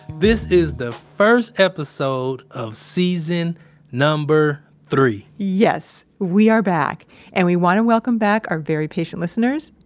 this is the first episode of season number three yes! we are back and we want to welcome back our very patient listeners